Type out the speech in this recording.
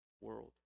world